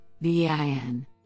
VIN